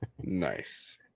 Nice